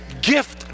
gift